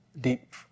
deep